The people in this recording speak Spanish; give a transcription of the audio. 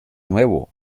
nuevo